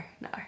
no